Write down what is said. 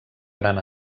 gran